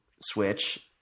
switch—